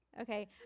Okay